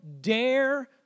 dare